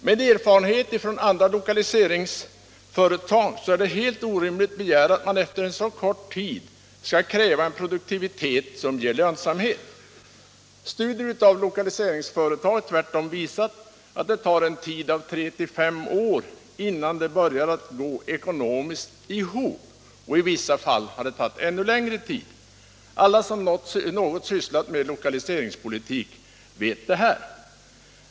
Med erfarenhet från andra lokaliseringsföretag finner jag det helt orimligt att begära att man efter så kort tid skall kräva en produktivitet som ger lönsamhet. Studier av lokaliseringsföretag har visat att det tar en tid av tre till fem år innan de börjar gå ihop ekonomiskt. I vissa fall har det tagit ännu längre tid. Alla som något sysslat med lokaliseringspolitik vet detta.